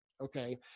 okay